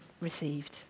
received